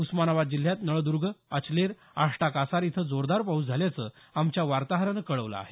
उस्मानाबाद जिल्ह्यात नळदूर्ग अचलेर आष्टा कासार इथं जोरदार पाऊस झाल्याचं आमच्या वार्ताहरानं कळवलं आहे